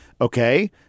okay